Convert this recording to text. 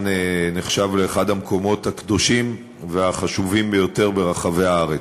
לאחד המקומות הקדושים והחשובים ביותר ברחבי הארץ.